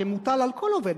שמוטל על כל עובד,